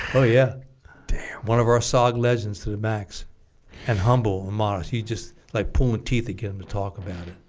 oh yeah damn one of our sog legends to the max and humble and modest he's just like pulling teeth again to talk about it